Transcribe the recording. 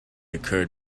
occurred